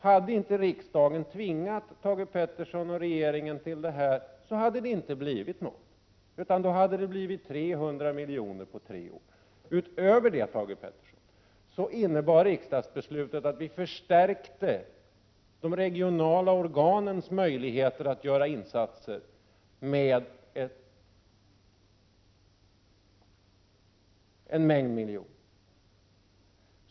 Hade inte riksdagen tvingat Thage G Peterson och regeringen till detta hade det i stället blivit 300 miljoner på tre år. Utöver det, Thage G Peterson, innebar riksdagsbeslutet att vi med många miljoner förstärkte de regionala organens möjligheter att göra insatser.